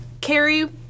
Carrie